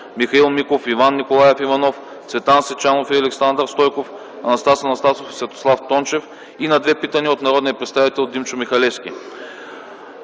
Михаил Миков; Иван Николаев Иванов; Цветан Сичанов и Александър Стойков, Анастас Анастасов и Светослав Тончев и на две питания от народния представител Димчо Михалевски.